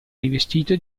rivestito